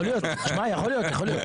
יכול להיות, יכול להיות.